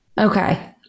Okay